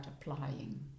applying